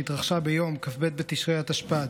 שהתרחשה ביום כ"ז בתשרי התשפ"ד,